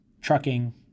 trucking